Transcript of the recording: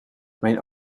mijn